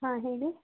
ಹಾಂ ಹೇಳಿ